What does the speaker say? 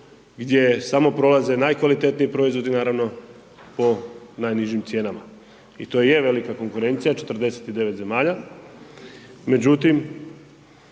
gdje samo prolaze najkvalitetniji proizvodi naravno po najnižim cijenama i to je velika konkurencija 49 zemalja,